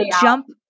jump